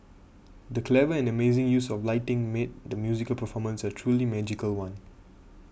the clever and amazing use of lighting made the musical performance a truly magical one